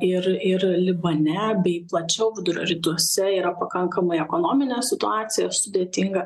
ir ir libane bei plačiau vidurio rytuose yra pakankamai ekonominė situacija sudėtinga